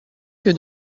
que